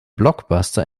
blockbuster